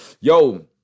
Yo